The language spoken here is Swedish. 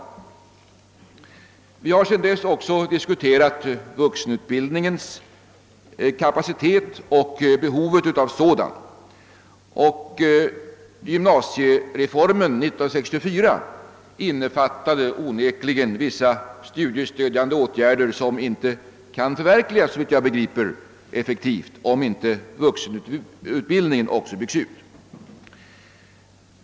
Vi har sedan dess också diskuterat vuxenutbildningens kapacitet och behovet av sådan utbildning. Gymnasiereformen 1964 innefattade onekligen vissa studiestödjande åtgärder som, såvitt jag förstår, inte kan förverkligas effektivt, om inte vuxenutbildningen också byggs ut.